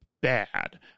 bad